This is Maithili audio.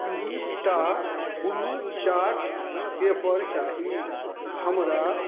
दुइ टा ब्लू चार्ट पेपर चाही हमरा